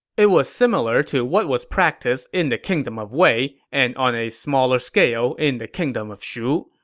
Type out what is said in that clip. it was similar to what was practiced in the kingdom of wei and on a smaller scale in the kingdom of shu.